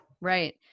Right